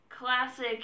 classic